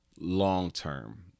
long-term